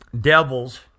devils